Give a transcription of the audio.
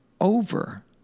over